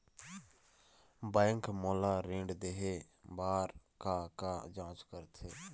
Bank मोला ऋण देहे बार का का जांच करथे?